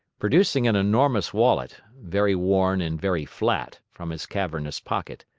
producing an enormous wallet very worn and very flat from his cavernous pocket,